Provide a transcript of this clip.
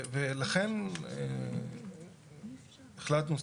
לכן החלטנו,